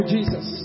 Jesus